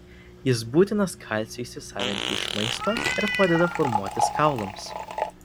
jis būtinas kalciui įsisavinti iš maisto ir padeda formuotis kaulams